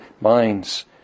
minds